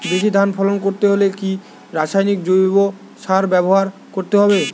বেশি ধান ফলন করতে হলে কি রাসায়নিক জৈব সার ব্যবহার করতে হবে?